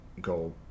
go